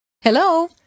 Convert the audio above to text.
Hello